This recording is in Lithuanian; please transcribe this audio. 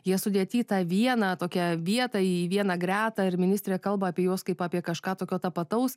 jie sudėti į tą vieną tokią vietą į vieną gretą ir ministrė kalba apie juos kaip apie kažką tokio tapataus